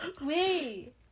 Wait